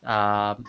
um